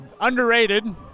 Underrated